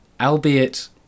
Albeit